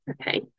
okay